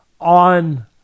on